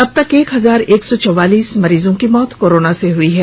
अब तक एक हजार एक सौ चौवालीस मरीज की मौत कोरोना से हुई हैं